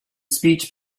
speech